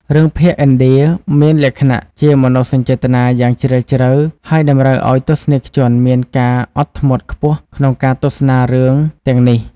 រឿងភាគឥណ្ឌាមានលក្ខណៈជាមនោសញ្ចេតនាយ៉ាងជ្រាលជ្រៅហើយតម្រូវឲ្យទស្សនិកជនមានការអត់ធ្មត់ខ្ពស់ក្នុងការទស្សនារឿងទាំងនេះ។